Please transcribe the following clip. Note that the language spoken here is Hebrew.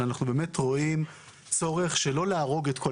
שאנחנו רואים צורך שלא להרוג את כל